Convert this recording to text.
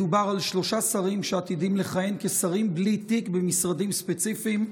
דובר על שלושה שרים שעתידים לכהן כשרים בלי תיק במשרדים ספציפיים.